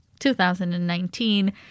2019